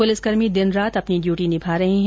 पुलिसकर्मी दिन रात अपनी ड्यूटी निभा रहे हैं